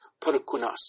Perkunas